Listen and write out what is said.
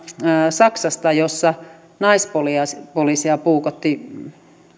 saksasta missä naispoliisia puukotti